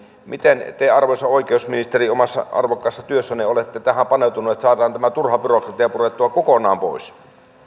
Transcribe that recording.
miten te arvoisa oikeusministeri omassa arvokkaassa työssänne olette tähän paneutuneet että saadaan tämä turha byrokratia purettua kokonaan pois